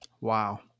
Wow